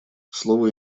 слово